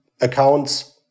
accounts